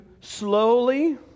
slowly